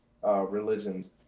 Religions